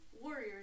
Warriors